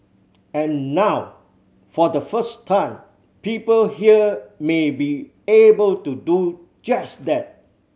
and now for the first time people here may be able to do just that